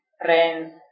friends